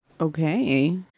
Okay